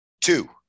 two